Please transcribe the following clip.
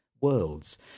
worlds